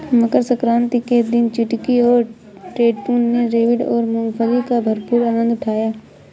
मकर सक्रांति के दिन चुटकी और टैटू ने रेवड़ी और मूंगफली का भरपूर आनंद उठाया